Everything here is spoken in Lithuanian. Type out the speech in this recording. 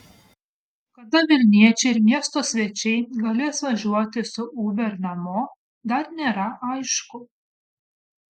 kada vilniečiai ir miesto svečiai galės važiuoti su uber namo dar nėra aišku